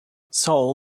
sewall